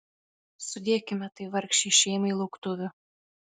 sudėkime tai vargšei šeimai lauktuvių